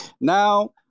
now